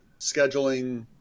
Scheduling